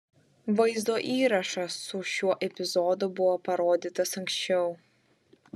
vaizdo įrašas su šiuo epizodu buvo parodytas anksčiau